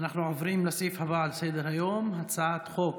אנחנו עוברים לסעיף הבא על סדר-היום, הצעת חוק